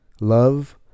love